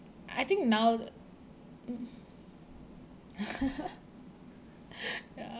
I think now t~ ya